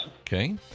Okay